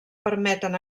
permeten